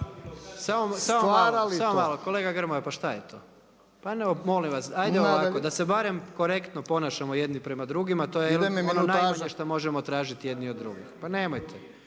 samo malo, kolega Grmoja pa šta je to? Pa molim vas, ajde ovako da se barem korektno ponašamo jedni prema drugima, to je ono najmanje što možemo tražiti jedni od drugih, pa nemojte.